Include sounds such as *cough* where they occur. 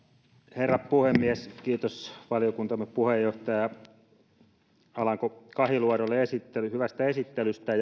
herra puhemies kiitos valiokuntamme puheenjohtaja alanko kahiluodolle hyvästä esittelystä *unintelligible*